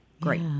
great